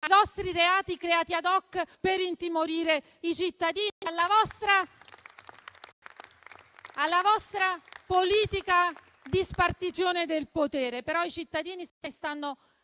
ai vostri reati creati *ad hoc* per intimorire i cittadini, alla vostra politica di spartizione del potere. Però i cittadini se ne